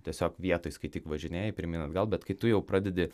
tiesiog vietoj skaityk važinėji pirmyn atgal bet kai tu jau pradedi